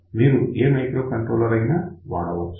కానీ మీరు ఏ మైక్రోకంట్రోలర్ అయినా వాడవచ్చు